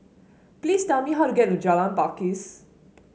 please tell me how to get to Jalan Pakis